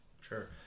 Sure